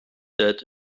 that